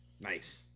Nice